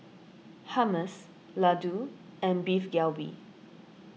Hummus Ladoo and Beef Galbi